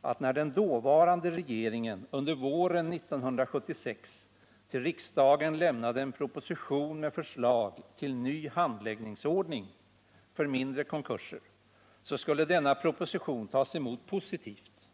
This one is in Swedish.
att när den dåvarande regeringen under våren 1976 till riksdagen lämnade en proposition med förslag till ny handläggningsordning för mindre konkurser, så skulle denna proposition tas emot positivt.